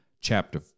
chapter